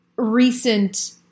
recent